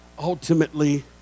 Ultimately